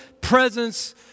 presence